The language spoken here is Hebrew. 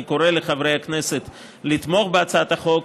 אני קורא לחברי הכנסת לתמוך בהצעת החוק,